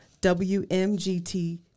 WMGT